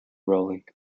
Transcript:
rolling